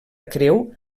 creu